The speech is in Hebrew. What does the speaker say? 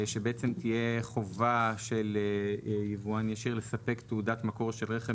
שבעצם תהיה חובה של יבואן ישיר לספק תעודת מקור של רכב